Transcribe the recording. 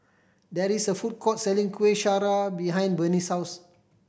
there is a food court selling Kueh Syara behind Bennie's house